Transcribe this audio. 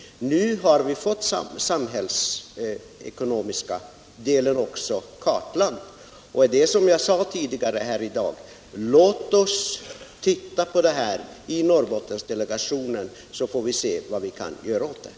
Nu har vi fått den samhällsekonomiska delen kartlagd. Låt —- som jag sade tidigare i dag — norrbottensdelegationen titta på det här, så får vi se vad vi kan göra åt det. sysselsättnings och regionalpolitik